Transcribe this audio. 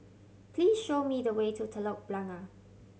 please show me the way to Telok Blangah